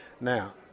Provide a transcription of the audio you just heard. Now